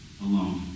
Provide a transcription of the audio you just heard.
alone